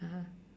ah